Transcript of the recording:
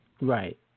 Right